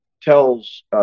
tells